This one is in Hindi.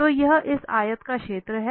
तो यह इस आयत का क्षेत्र है